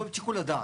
לא את שיקול הדעת.